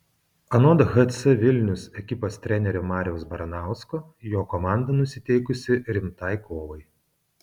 anot hc vilnius ekipos trenerio mariaus baranausko jo komanda nusiteikusi rimtai kovai